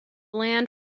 land